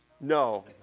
No